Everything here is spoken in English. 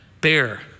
Bear